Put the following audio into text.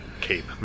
cape